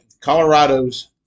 Colorado's